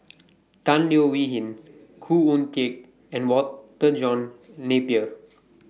Tan Leo Wee Hin Khoo Oon Teik and Walter John Napier